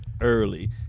early